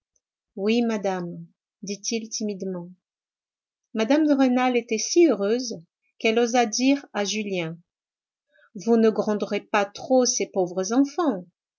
oui madame dit-il timidement mme de rênal était si heureuse qu'elle osa dire à julien vous ne gronderez pas trop ces pauvres enfants